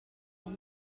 ein